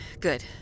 Good